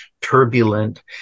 turbulent